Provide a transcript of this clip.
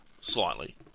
slightly